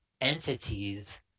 entities